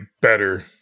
better